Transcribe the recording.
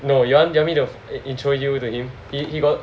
no you want you want me to intro you to him he got